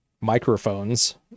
microphones